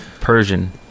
Persian